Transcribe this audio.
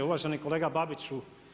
Uvaženi kolega Babiću.